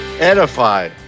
Edify